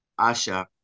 Asha